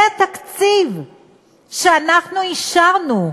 זה תקציב שאנחנו אישרנו,